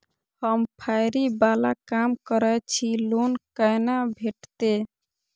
हम फैरी बाला काम करै छी लोन कैना भेटते?